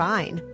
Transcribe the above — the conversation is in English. Fine